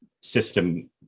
system